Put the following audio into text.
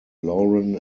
lauren